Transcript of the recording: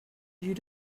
you